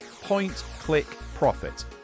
point-click-profit